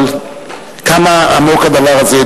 אבל כמה עמוק הדבר הזה.